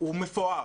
הוא מפואר.